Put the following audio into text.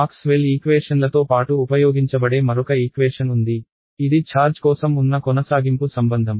Maxwell ఈక్వేషన్లతో పాటు ఉపయోగించబడే మరొక ఈక్వేషన్ ఉంది ఇది ఛార్జ్ కోసం ఉన్న కొనసాగింపు సంబంధం